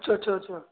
ਅੱਛਾ ਅੱਛਾ ਅੱਛਾ